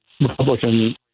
Republican